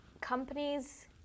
companies